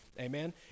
Amen